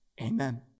Amen